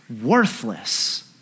worthless